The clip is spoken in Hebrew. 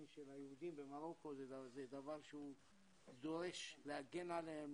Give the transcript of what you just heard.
של היהודים במרוקו זה דבר שהוא דורש להגן עליהם,